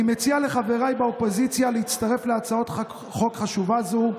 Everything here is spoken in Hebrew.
אני מציע לחבריי באופוזיציה להצטרף להצעת חוק חשובה זו.